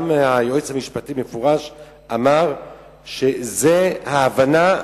גם היועץ המשפטי אמר במפורש שזה ההבנה,